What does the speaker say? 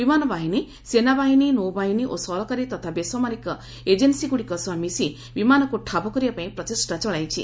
ବିମାନ ବାହିନୀ' ସେନାବାହିନୀ ନୌବାହିନୀ ଓ ସରକାରୀ ତଥା ବେସାମରିକ ଏଜେନ୍ଦୀଗୁଡ଼ିକ ସହ ମିଶି ବିମାନକୁ ଠାବ କରିବା ପାଇଁ ପ୍ରଚେଷ୍ଟା ଚଳାଇଛି